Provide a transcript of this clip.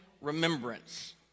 remembrance